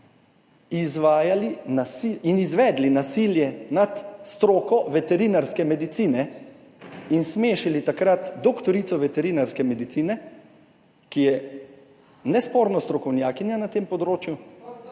in izvedli nasilje nad stroko veterinarske medicine in takrat smešili doktorico veterinarske medicine, ki je nesporno strokovnjakinja na tem področju,